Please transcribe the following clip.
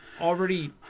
already